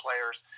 players